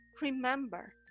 Remember